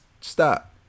stop